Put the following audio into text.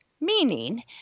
Meaning